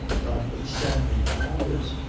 notwithstanding all this,